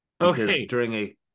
Okay